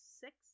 six